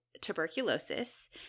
tuberculosis